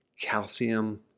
calcium